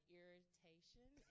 irritation